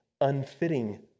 unfitting